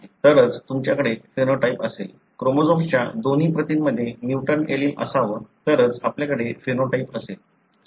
तरच तुमच्याकडे फेनोटाइप असेल क्रोमोझोमच्या दोन्ही प्रतींमध्ये म्युटंट एलील असाव तरच आपल्याकडे फेनोटाइप असेल